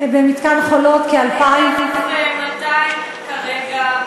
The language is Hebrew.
1,200 כרגע.